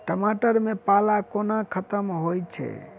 टमाटर मे पाला कोना खत्म होइ छै?